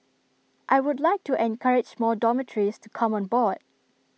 I would like to encourage more dormitories to come on board